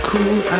Cool